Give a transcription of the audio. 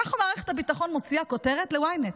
ככה מערכת הביטחון מוציאה כותרת ל-ynet,